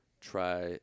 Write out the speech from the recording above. try